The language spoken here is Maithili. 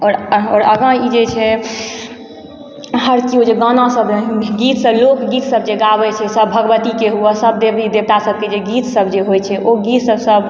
आओर आओर आगा ई जे छै हर चीज ओ जे गाना सब रहय गीत सब लोकगीत सब जे गाबय छै सब भगवतीके हुए सब देवी देवताके गीत सब जे होइ छै ओ गीत सभ सब